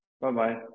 Bye-bye